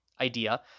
idea